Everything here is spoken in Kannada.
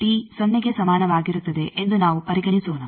ಸೊನ್ನೆಗೆ ಸಮಾನವಾಗಿರುತ್ತದೆ ಎಂದು ನಾವು ಪರಿಗಣಿಸೋಣ